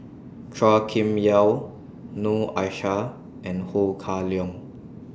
Chua Kim Yeow Noor Aishah and Ho Kah Leong